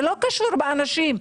זה לא קשור באנשים,